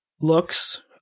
looks